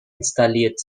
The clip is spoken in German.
installiert